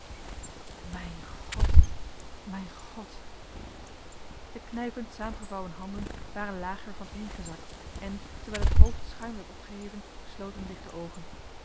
mijn god mijn god de knijpend saamgevouwen handen waren lager vaneen gezakt en terwijl het hoofd schuin werd opgeheven sloten zich de oogen